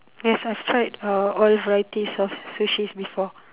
yes I tried uh all varieties of sushis before